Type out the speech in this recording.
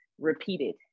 repeated